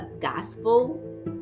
gospel